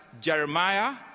Jeremiah